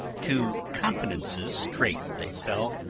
to confidences straight they fell,